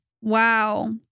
Wow